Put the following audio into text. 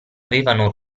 avevano